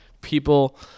people